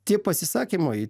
tie pasisakymai